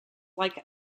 like